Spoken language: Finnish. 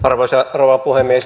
arvoisa rouva puhemies